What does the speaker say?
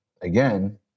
again